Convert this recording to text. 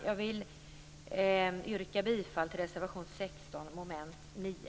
Jag vill yrka bifall till reservation 16, under mom. 9.